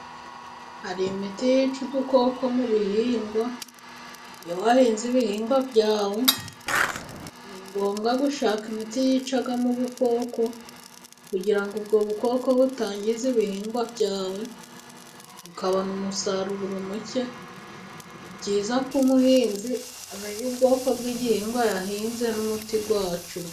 Hari imiti yica udukoko mu bihingwa, wahinze ibihingwa byawe ni ngombwa gushaka imiti yicagamo ubukoko kugira ngo ubwo bukoko butangiza ibihingwa byawe ukabona umusaruro muke, ni byiza ko umuhinzi amenya ubwoko bw'igihingwa yahinze n'umuti wacyo.